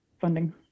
funding